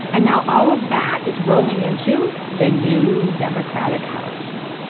and now all of that is rolling into the new democratic house.